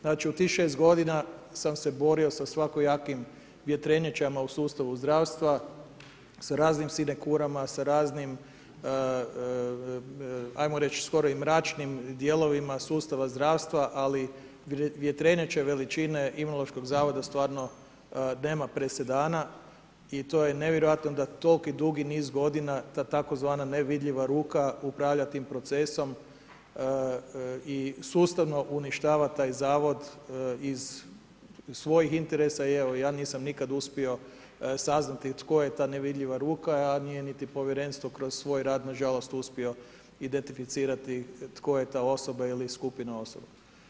Znači u tih 6 godina sam se borio sa svakojakim vjetrenjačama u sustavu zdravstva, sa raznim sinekurama, sa raznim ajmo reć skoro i mračnim dijelovima sustava zdravstva, ali vjetrenjače veličine Imunološkog zavoda stvarno nema presedana i to je nevjerojatno da tolki dugi niz godina ta tzv. nevidljiva ruka upravlja tim procesom i sustavno uništava taj zavod iz svojih interesa i ja nisam nikad uspio saznati tko je ta nevidljiva ruka, a nije niti povjerenstvo kroz svoj rad nažalost uspio identificirati tko je ta osoba ili skupina osoba.